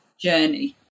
journey